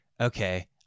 Okay